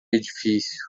edifício